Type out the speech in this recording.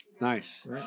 Nice